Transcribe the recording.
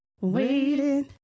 waiting